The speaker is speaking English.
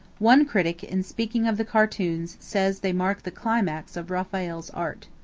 one critic, in speaking of the cartoons, says they mark the climax of raphael's art.